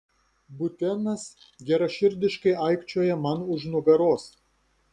butenas geraširdiškai aikčioja man už nugaros